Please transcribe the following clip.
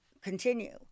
continue